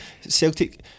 Celtic